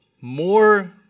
more